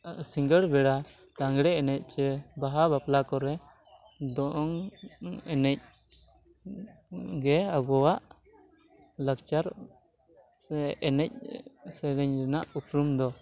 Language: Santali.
ᱟᱨ ᱥᱤᱸᱜᱟᱹᱲ ᱵᱮᱲᱟ ᱞᱟᱸᱜᱽᱲᱮ ᱮᱱᱮᱡ ᱥᱮ ᱵᱟᱦᱟ ᱵᱟᱯᱞᱟ ᱠᱚᱨᱮ ᱫᱚᱝ ᱮᱱᱮᱡ ᱜᱮ ᱟᱵᱚᱣᱟᱜ ᱞᱟᱠᱪᱟᱨ ᱥᱮ ᱮᱱᱮᱡ ᱥᱮᱨᱮᱧ ᱨᱮᱱᱟᱜ ᱩᱯᱨᱩᱢ ᱫᱚ